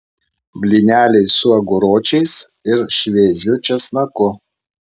blyneliai su aguročiais ir šviežiu česnaku